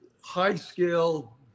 high-scale